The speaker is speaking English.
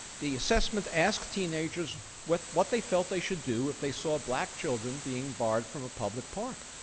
the assessment asked teenagers what what they felt they should do if they saw black children being barred from a public park.